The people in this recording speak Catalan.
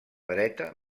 dreta